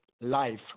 life